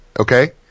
Okay